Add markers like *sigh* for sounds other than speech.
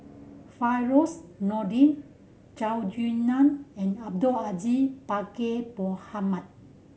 Firdaus Nordin Zhou *unintelligible* Nan and Abdul Aziz Pakkeer Mohamed